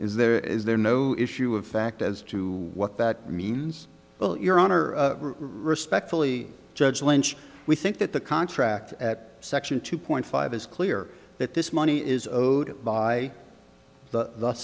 is there is there no issue of fact as to what that means well your honor respectfully judge lynch we think that the contract at section two point five is clear that this money is owed by the